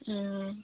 ᱚᱸᱻ